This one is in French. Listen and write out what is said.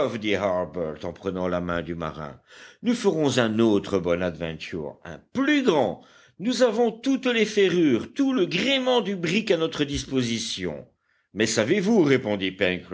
en prenant la main du marin nous ferons un autre bonadventure un plus grand nous avons toutes les ferrures tout le gréement du brick à notre disposition mais savez-vous répondit